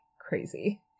crazy